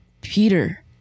Peter